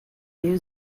new